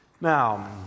Now